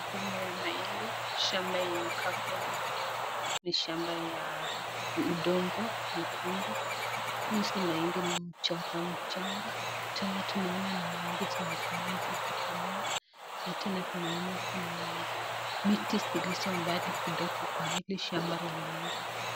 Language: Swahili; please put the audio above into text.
Shamba ya mahindi shama inakaa kuwa ni shamba ya mdongo hizi mahindi ni mchanga tena tunaona ni mahindi zenye zimeanza tu kumea na tena tunaona kuna miti silizo mbali kidogo Kwa hii shamba la mahindi.